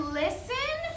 listen